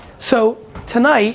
so tonight